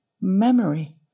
memory